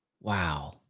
wow